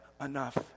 enough